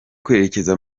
kwerekeza